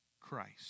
Christ